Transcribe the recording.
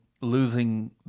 losing